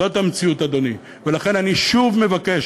זאת המציאות, אדוני, ולכן אני שוב מבקש